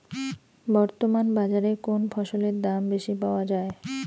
বর্তমান বাজারে কোন ফসলের দাম বেশি পাওয়া য়ায়?